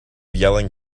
yelling